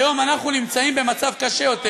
היום אנחנו נמצאים במצב קשה יותר,